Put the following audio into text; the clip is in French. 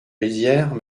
rizières